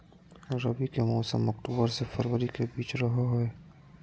रबी के मौसम अक्टूबर से फरवरी के बीच रहो हइ